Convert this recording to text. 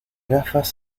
gafas